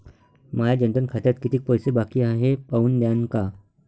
माया जनधन खात्यात कितीक पैसे बाकी हाय हे पाहून द्यान का?